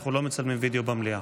אנחנו לא מצלמים וידיאו במליאה,